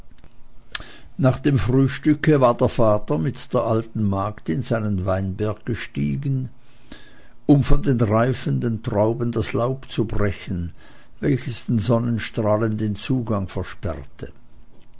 nach dem frühstücke war der vater mit der alten magd in seinen weinberg gestiegen um von den reifenden trauben das laub zu brechen welches den sonnenstrahlen den zugang versperrte